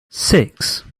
six